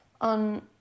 On